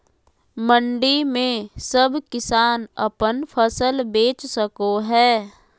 मंडी में सब किसान अपन फसल बेच सको है?